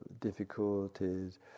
difficulties